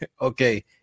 Okay